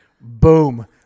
Boom